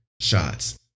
shots